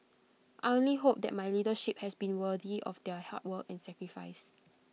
I only hope that my leadership has been worthy of their hard work and sacrifice